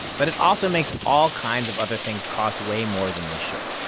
but it also makes all kinds of other things cost way more than they should.